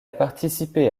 participé